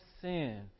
sin